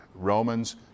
Romans